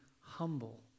humble